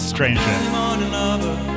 Stranger